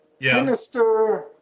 sinister